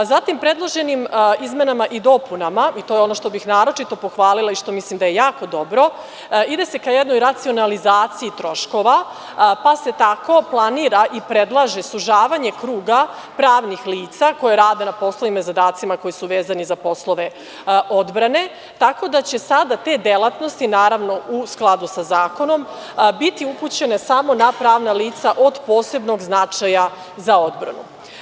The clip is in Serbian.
Zatim, predloženim izmenama i dopunama, to je ono što bih naročito pohvalila i što mislim da je jako dobro, ide se ka jednoj racionalizaciji troškova, pa se tako planira i predlaže sužavanje kruga pravnih lica koji rade na poslovima i zadacima koji su vezani za poslove odbrane, tako da će sada te delatnosti, naravno, u skladu sa zakonom, biti upućene samo na pravna lica od posebnog značaja za odbranu.